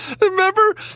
Remember